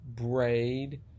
braid